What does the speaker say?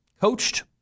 coached